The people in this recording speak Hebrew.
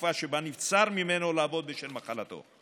התקופה שבה נבצר ממנו לעבוד בשל מחלתו.